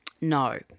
No